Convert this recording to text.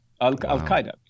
al-qaeda